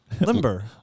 Limber